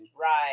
Right